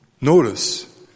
Notice